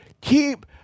keep